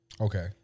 Okay